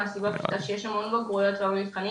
מהסיבה הפשוטה שיש המון בגרויות והרבה מבחנים